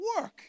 work